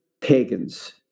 pagans